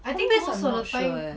home based I'm not sure